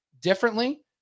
differently